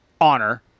honor